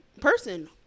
person